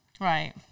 right